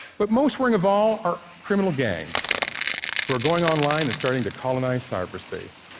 but most worrying of all are criminal gangs who are going online and starting to colonize cyberspace.